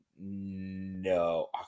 No